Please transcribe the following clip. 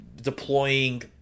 deploying